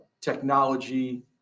technology